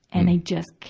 and they just ca,